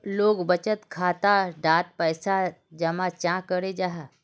लोग बचत खाता डात पैसा जमा चाँ करो जाहा?